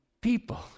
people